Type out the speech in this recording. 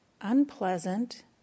unpleasant